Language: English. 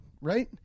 right